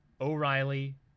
O'Reilly